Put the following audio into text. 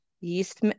Yeast